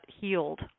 healed